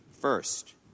First